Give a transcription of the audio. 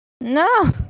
No